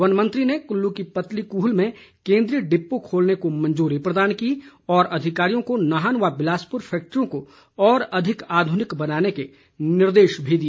वनमंत्री ने कुल्लू के पतली कूहल में केन्द्रीय डिपो खोलने को मंजूरी प्रदान की और अधिकारियों को नाहन व बिलासपुर फैक्टियों को और अधिक आधुनिक बनाने के निर्देश भी दिए